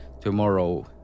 tomorrow